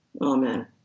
Amen